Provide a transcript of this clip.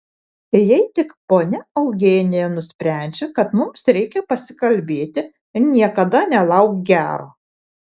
jei tik ponia eugenija nusprendžia kad mums reikia pasikalbėti niekada nelauk gero